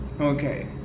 Okay